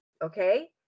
Okay